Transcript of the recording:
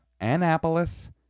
Annapolis